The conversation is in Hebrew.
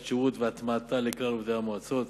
שירות והטמעתה אצל כלל עובדי המועצות,